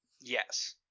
Yes